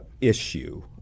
issue